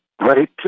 right